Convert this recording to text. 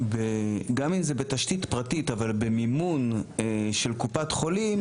גם אם זה בתשתית פרטיות אבל במימון של קופת חולים,